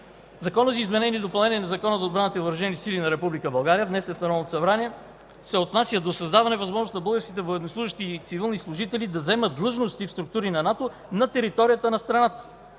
Законът за изменение и допълнение на Закона за отбраната и въоръжените сили на Република България, внесен в Народното събрание, се отнася до създаване на възможност на българските военнослужещи или цивилни служители да заемат длъжности в структури на НАТО на територията на страната,